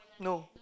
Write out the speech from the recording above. no